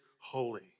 holy